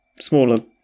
smaller